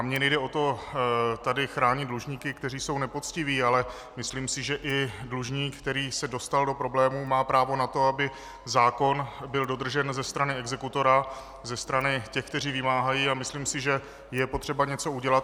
Mně nejde o to, tady chránit dlužníky, kteří jsou nepoctiví, ale myslím si, že i dlužník, který se dostal do problémů, má právo na to, aby zákon byl dodržen ze strany exekutora, ze strany těch, kteří vymáhají, a myslím si, že je potřeba něco udělat.